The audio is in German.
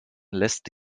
lässt